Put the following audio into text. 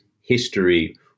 history